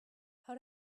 how